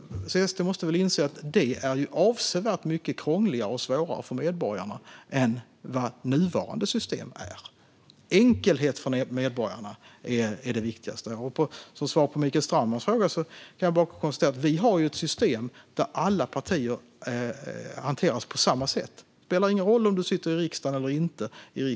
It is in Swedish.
SD måste väl inse att detta är avsevärt mycket krångligare och svårare för medborgarna än vad nuvarande system är? Enkelhet för medborgarna är det viktigaste. Som svar på Mikael Strandmans fråga kan jag bara konstatera att vi har ett system där alla partier hanteras på samma sätt. Det spelar ingen roll om du sitter i riksdagen eller inte.